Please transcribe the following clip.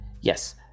Yes